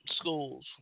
schools